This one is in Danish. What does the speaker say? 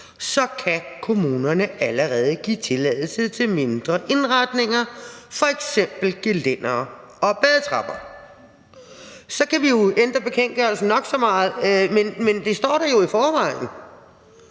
så kan kommunerne allerede give tilladelse til mindre indretninger, f.eks. gelændere og badetrapper. Så kan vi jo ændre bekendtgørelsen nok så meget, men det står der jo i forvejen.